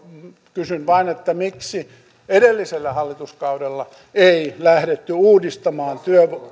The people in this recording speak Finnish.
kysyn vaan miksi edellisellä hallituskaudella ei lähdetty uudistamaan